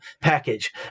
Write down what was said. package